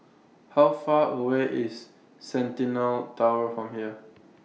How Far away IS Centennial Tower from here